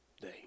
day